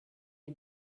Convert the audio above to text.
lui